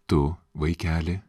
tu vaikeli